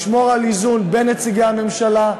לשמור על איזון בין נציגי הממשלה,